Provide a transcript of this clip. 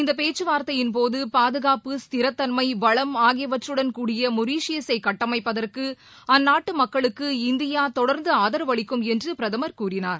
இந்த பேச்சுவார்த்தையின் போது பாதுகாப்டு ஸ்திரத்தன்மை வளம் ஆகியவற்றுடன் கூடிய மொரிஷியஸை கட்டமைப்பதற்கு அந்நாட்டு மக்களுக்கு இந்தியா தொடர்ந்து ஆதரவளிக்கும் என்று பிரதமர் கூறினார்